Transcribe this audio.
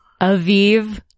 Aviv